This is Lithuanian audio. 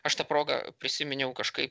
aš ta proga prisiminiau kažkaip